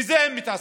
בזה הם מתעסקים.